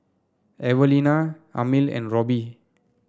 Evelina Amil and Roby